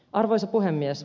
arvoisa puhemies